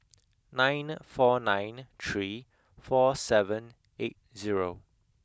nine four nine three four seven eight zero